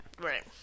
Right